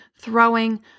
throwing